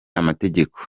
amategeko